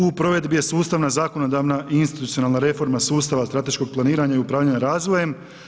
U provedbi je sustavna zakonodavna i institucionalna reforma sustava strateškog planiranja i upravljanja razbojem.